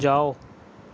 جاؤ